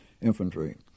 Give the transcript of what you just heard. infantry